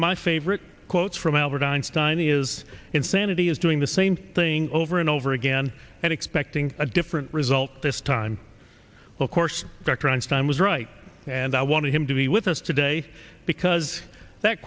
of my favorite quotes from albert einstein is insanity is doing the same thing over and over again and expecting a different result this time of course dr einstein was right and i want him to be with us today because that